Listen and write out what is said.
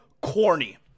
corny